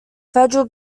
federal